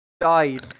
Died